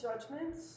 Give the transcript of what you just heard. judgments